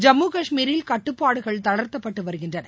ஜம்மு காஷ்மீரில் கட்டுப்பாடுகள் தளர்த்தப்பட்டு வருகின்றன